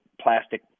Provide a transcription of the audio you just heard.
plastic